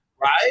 right